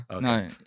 No